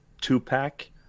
two-pack